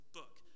book